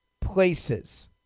places